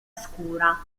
scura